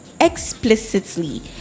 explicitly